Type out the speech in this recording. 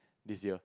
this year